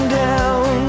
down